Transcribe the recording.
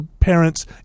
parents